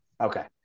Okay